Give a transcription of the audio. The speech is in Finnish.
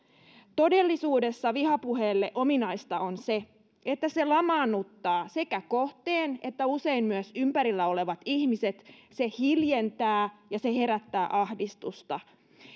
todellisuudessa vihapuheelle ominaista on se että se lamaannuttaa sekä kohteen että usein myös ympärillä olevat ihmiset se hiljentää ja se herättää ahdistusta